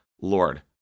Lord